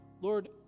Lord